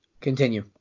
continue